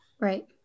Right